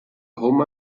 home